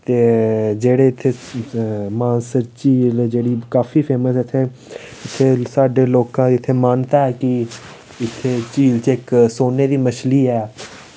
ते जेह्ड़े इत्थै मानसर झील जेह्ड़ी काफी फेमस ऐ इत्थै साढ़े लोकें दी इत्थै मान्यता ऐ कि झील च इक सोने दी मच्छी ऐ